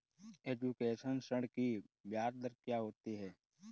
Education ऋृण की ब्याज दर क्या होती हैं?